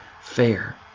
fair